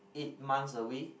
eight months away